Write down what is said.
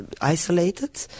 isolated